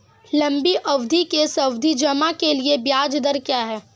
लंबी अवधि के सावधि जमा के लिए ब्याज दर क्या है?